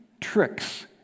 tricks